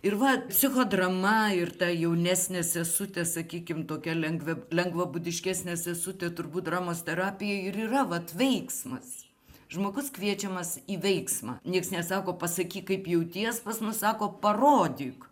ir va psichodrama ir ta jaunesnė sesutė sakykim tokia lengve lengvabūdiškesnė sesutė turbūt dramos terapijoj ir yra vat veiksmas žmogus kviečiamas į veiksmą nieks nesako pasakyk kaip jautiesi pas mus sako parodyk